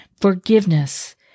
Forgiveness